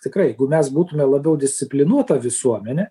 tikrai jeigu mes būtume labiau disciplinuota visuomenė